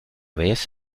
vez